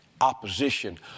opposition